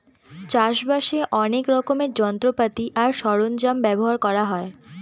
চাষ বাসে অনেক রকমের যন্ত্রপাতি আর সরঞ্জাম ব্যবহার করা হয়